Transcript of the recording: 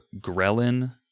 ghrelin